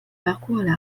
parcoururent